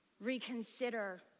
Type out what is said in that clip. Reconsider